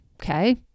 Okay